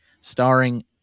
starring